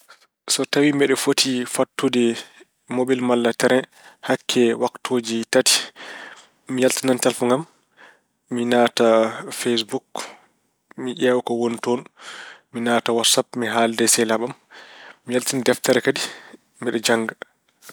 So tawi mbeɗa woti fadtude mobel malla tereŋ hakke waktuuji tati, mi yaltinan telefoŋ am, mi naata Feesbu, mi ƴeewa ko woni toon. Mi naata Wassap mi haalde sehilaaɓe am. Mi yaltina deftere kadi mbeɗa jannga.